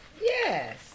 Yes